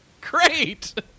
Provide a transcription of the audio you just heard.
Great